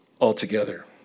altogether